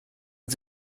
und